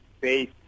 base